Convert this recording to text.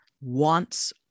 wants